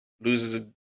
loses